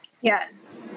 yes